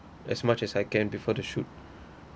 as much as I can before the shoot